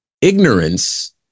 ignorance